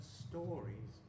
stories